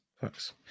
thanks